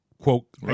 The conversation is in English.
quote